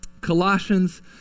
Colossians